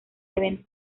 evento